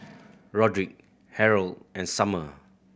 Rodrick Harrold and Summer